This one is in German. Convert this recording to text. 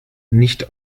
nicht